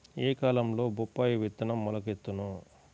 ఏ కాలంలో బొప్పాయి విత్తనం మొలకెత్తును?